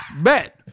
Bet